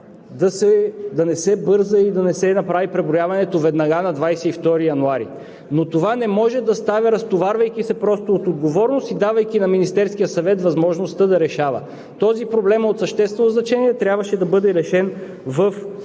да не се бърза и да не се направи преброяването веднага на 22 януари, но това не може да става, разтоварвайки се просто от отговорност и давайки на Министерския съвет възможността да решава. Този проблем е от съществено значение. Трябваше да бъде решен в